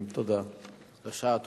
תודה, אדוני.